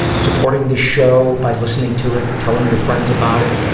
supporting this show by listening to it, telling your friends about it.